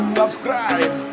subscribe